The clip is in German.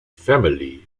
family